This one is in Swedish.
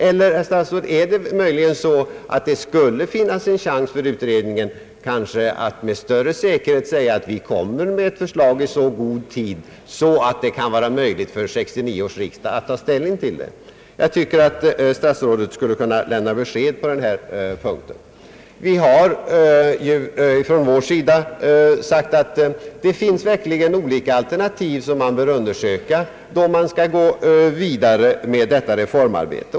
Eller, herr statsråd, finns det möjligen en chans för utredningen om den får fler experter att med större säkerhet säga att den kommer med ett förslag i så god tid att det kan vara möjligt för 1969 års riksdag att ta ställning till det? Jag tycker att statsrådet skulle kunna lämna ett besked på denna punkt. Vi har förklarat, att det finns olika alternativ som man bör undersöka, då man går vidare med detta reformarbete.